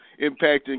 Impacting